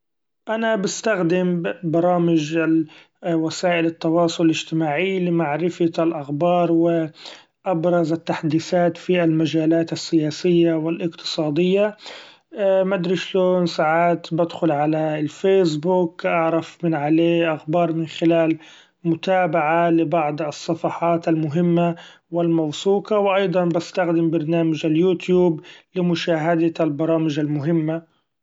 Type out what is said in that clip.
أنا بستخدم برامج ال-وسائل التواصل الإجتماعي لمعرفة الأخبار و أبرز التحديثات في المجالات السياسية و الإقتصادية مدري شلون سعات بدخل الفيسبوك اعرف من عليه أخبار من خلال متابعه لبعض الصفحات المهمه و الموثوقة ، و أيضا بستخدم برنامج اليوتيوب ؛ لمشاهدة البرامج المهمه.